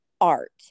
Art